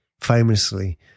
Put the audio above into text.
famously